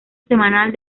semanal